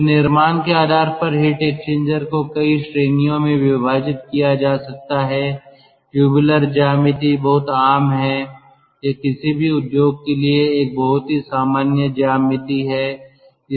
फिर निर्माण के आधार पर हीट एक्सचेंजर को कई श्रेणियों में विभाजित किया जा सकता है ट्यूबलर ज्यामिति बहुत आम है यह किसी भी उद्योग के लिए एक बहुत ही सामान्य ज्यामिति है